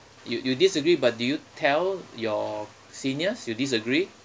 you you disagree but do you tell your seniors you disagree